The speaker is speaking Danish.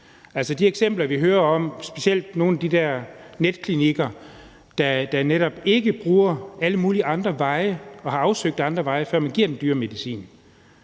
til de eksempler, vi hører om, med specielt nogle af de der netklinikker, der netop ikke har afsøgt alle mulige andre veje, før de giver den dyre medicin,